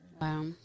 Wow